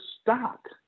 stock